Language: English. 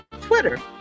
Twitter